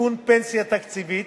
עדכון פנסיה תקציבית,